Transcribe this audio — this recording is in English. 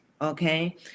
okay